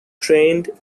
trained